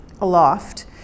aloft